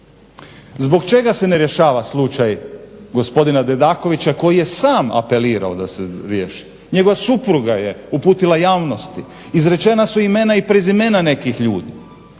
Zbog čega se ne rješava slučaj gospodina Dedakovića koji je sam apelirao da se riješi, njegova supruga je uputila javnosti, izrečena su imena i prezimena nekih ljudi,